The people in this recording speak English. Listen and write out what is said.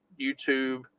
YouTube